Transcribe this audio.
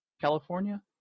California